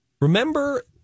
Remember